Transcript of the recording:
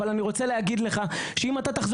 אבל אני רוצה להגיד לך שאם אתה תחזור